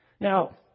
Now